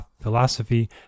philosophy